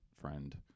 friend